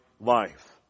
life